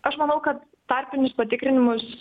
aš manau kad tarpinius patikrinimus